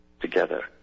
together